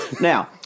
Now